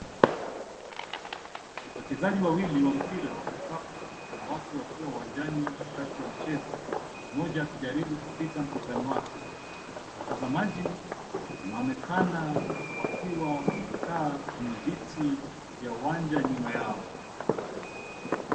Wachezaji wawili wa mpira wa kikapu wanawake wakiwa uwanjani wakati wa mchezo, mmoja akijaribu kumpita mpinzani wake. Watazamaji wanaonekana wakiwa wamekaa kwenye viti vya uwanja nyuma yao.